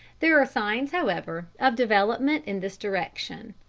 there are signs, however, of development in this direction.